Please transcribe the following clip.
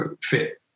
fit